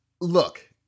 Look